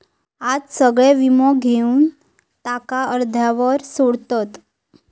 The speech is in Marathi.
आज सगळे वीमो घेवन त्याका अर्ध्यावर सोडतत